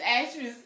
actress